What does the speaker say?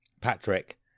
Patrick